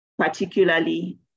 particularly